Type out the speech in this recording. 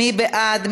מי בעד?